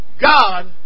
God